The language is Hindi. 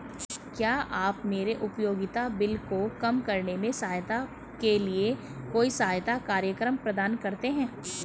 क्या आप मेरे उपयोगिता बिल को कम करने में सहायता के लिए कोई सहायता कार्यक्रम प्रदान करते हैं?